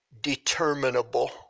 determinable